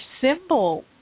symbol